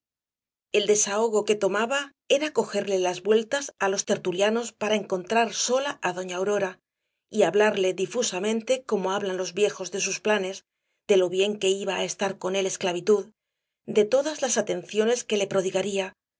el desahogo que tomaba era cogerle las vueltas á los tertulianos para encontrar sola á doña aurora y hablarle difusamente como hablan los viejos de sus planes de lo bien que iba á estar con él esclavitud de todas las atenciones que le prodigaría